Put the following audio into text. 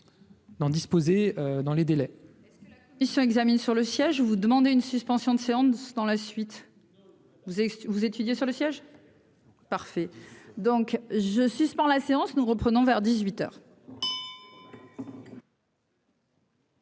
d'en disposer dans les délais.